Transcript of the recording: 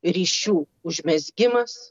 ryšių užmezgimas